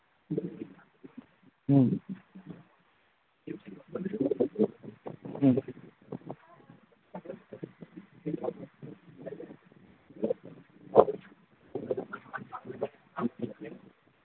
ꯎꯝ ꯎꯝ